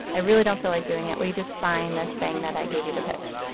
i really don't feel like doing it. will you just sign this saying that i gave you the pitch?